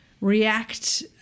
react